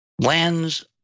lands